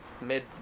Mid